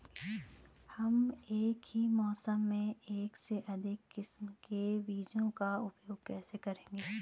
हम एक ही मौसम में एक से अधिक किस्म के बीजों का उपयोग कैसे करेंगे?